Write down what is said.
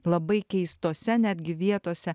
labai keistose netgi vietose